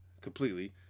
completely